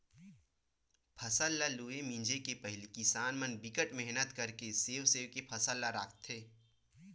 फसल ल लूए मिजे के पहिली किसान मन बिकट मेहनत करके सेव सेव के फसल ल राखथे